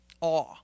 awe